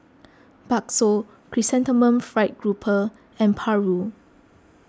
Bakso Chrysanthemum Fried Grouper and Paru